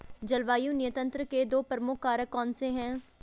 जलवायु नियंत्रण के दो प्रमुख कारक कौन से हैं?